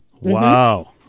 Wow